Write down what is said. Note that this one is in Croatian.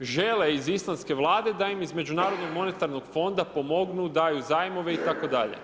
žele iz islandske Vlade da im iz Međunarodnog monetarnog fonda pomognu, daju zajmove i tako dalje.